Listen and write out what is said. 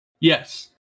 yes